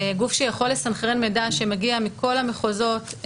גוף שיכול לסנכרן מידע שמגיע מכל המחוזות,